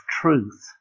truth